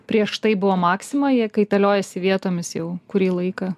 prieš tai buvo maxima jie kaitaliojasi vietomis jau kurį laiką